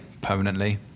permanently